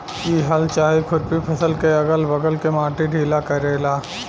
इ हल चाहे खुरपी फसल के अगल बगल के माटी ढीला करेला